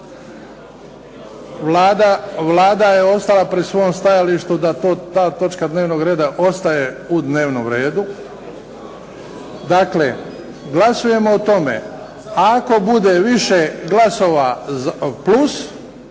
Vlada je ostala pri svom stajalištu da ta točka dnevnog reda ostaje u dnevnom redu. Dakle, glasujemo o tome, ako bude više glasova plus,